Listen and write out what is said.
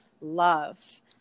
love